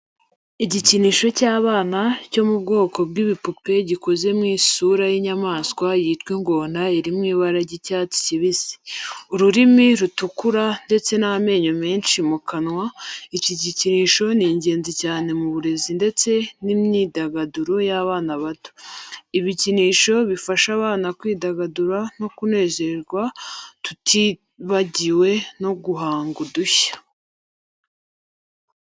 Igikinisho cy’abana cyo mu bwoko bw'ibipupe gikoze mu isura y'inyamaswa yitwa ingona iri mu ibara ry'icyatsi kibisi, ururimi rutukura ndetse n'amenyo menshi mu kanwa. Iki gikinisho ni ingenzi cyane mu burezi ndetse n’imyidagaduro y’abana bato. Ibikinisho bifasha abana kwidagadura no kunezerwa tutibagiwe no guhanga udushya.